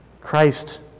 Christ